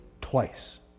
twice